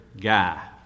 Guy